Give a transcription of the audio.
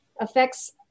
affects